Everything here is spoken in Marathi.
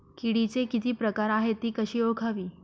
किडीचे किती प्रकार आहेत? ति कशी ओळखावी?